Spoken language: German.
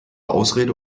ausrede